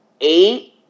eight